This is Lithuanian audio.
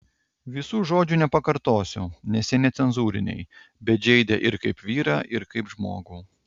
visų žodžių nepakartosiu nes jie necenzūriniai bet žeidė ir kaip vyrą ir kaip žmogų